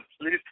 please